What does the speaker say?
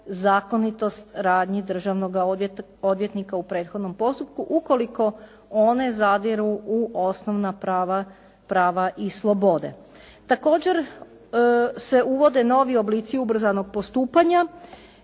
zakonitost radnji državnoga odvjetnika u prethodnom postupku ukoliko one zadiru u osnovna prava, prava i slobode. Također se uvode novi oblici ubrzanog postupanja